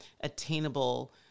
attainable